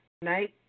Tonight